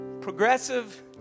progressive